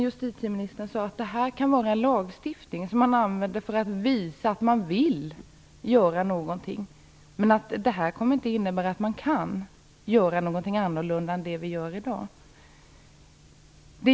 Justitieministern sade att det här kan vara en lagstiftning som man använder för att visa att man vill göra någonting. Det kommer inte att innebära att man kan göra något annat än det vi gör i dag.